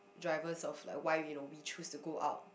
drivers of like why we don't we chose to go out